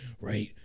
right